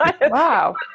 wow